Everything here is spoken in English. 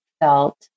felt